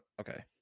okay